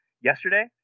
yesterday